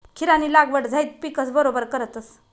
खीरानी लागवड झैद पिकस बरोबर करतस